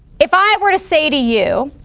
if i were to say to you,